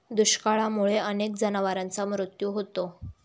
दुष्काळामुळे अनेक जनावरांचा मृत्यू होतो